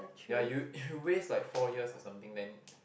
ya you you waste like four years or something then